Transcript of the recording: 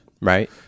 Right